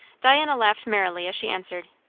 diana laughed merrily as she answered,